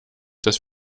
das